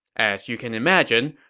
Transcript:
as you can imagine,